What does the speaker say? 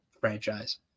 franchise